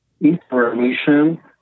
information